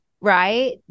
right